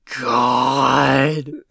God